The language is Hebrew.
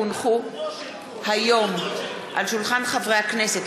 כי הונחו היום על שולחן הכנסת,